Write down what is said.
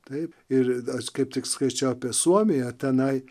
taip ir aš kaip tik skaičiau apie suomiją tenai